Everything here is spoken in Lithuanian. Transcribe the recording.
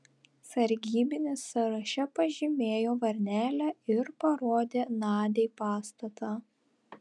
sargybinis sąraše pažymėjo varnelę ir parodė nadiai pastatą